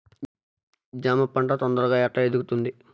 జామ పంట తొందరగా ఎట్లా ఎదుగుతుంది?